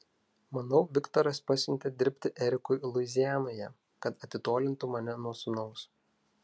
manau viktoras pasiuntė dirbti erikui luizianoje kad atitolintų mane nuo sūnaus